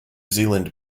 zealand